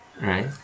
right